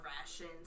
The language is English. rations